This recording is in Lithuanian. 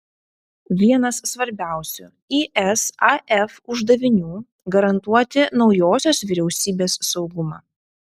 vienas svarbiausių isaf uždavinių garantuoti naujosios vyriausybės saugumą